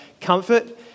comfort